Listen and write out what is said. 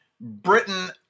Britain